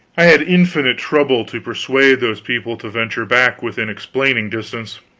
i had infinite trouble to persuade those people to venture back within explaining distance.